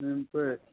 पळय